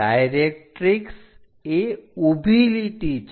directrix એ ઊભી લીટી છે